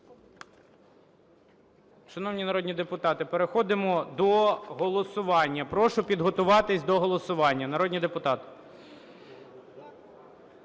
Шановні народні депутати, переходимо до голосування. Прошу підготуватись до голосування, народні депутати.